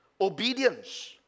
obedience